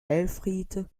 elfriede